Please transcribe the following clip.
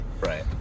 Right